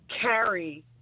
carry